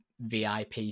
VIP